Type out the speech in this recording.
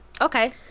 Okay